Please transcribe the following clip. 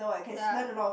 ya